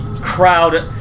crowd